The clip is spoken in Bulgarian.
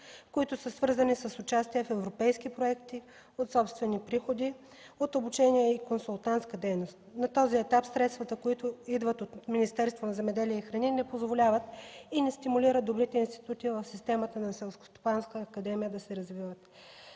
ресурси, свързани с участие в европейски проекти, от собствени приходи, от обучение и консултантска дейност. На този етап средствата, които идват от Министерството на земеделието и храните, не позволяват и не стимулират добрите институти в системата на Селскостопанска академия да се развиват.